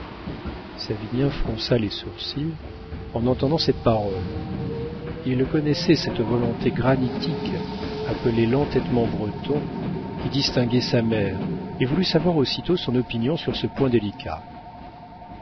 dame savinien fronça les sourcils en entendant cette parole il connaissait cette volonté granitique appelée l'entêtement breton qui distinguait sa mère et voulut savoir aussitôt son opinion sur ce point délicat